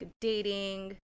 dating